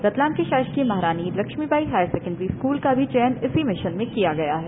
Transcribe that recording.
रतलाम के शासकीय Maharani Laxmibai high secondary school का भी चयन मिशन में किया गया है